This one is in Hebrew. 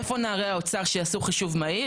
איפה נערי האוצר שיעשו חישוב מהיר?